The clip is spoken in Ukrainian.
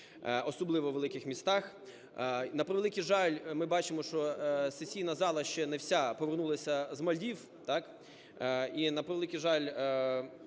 особливо у великих містах. На превеликий жаль, ми бачимо, що сесійна зала ще не вся повернулася з Мальдів, так, і, на превеликий жаль,